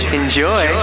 enjoy